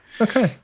okay